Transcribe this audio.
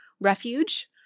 refuge